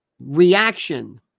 reaction